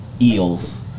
Eels